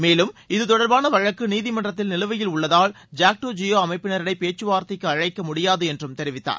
மேலும் இதுதொடா்பாள வழக்கு நீதிமன்றத்தில் நிலுவையில் உள்ளதால் ஜாக்டோஜியோ அமைப்பினரை பேச்சுவார்தைக்கு அழைக்க முடியாது என்றும் தெரிவித்தார்